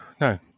no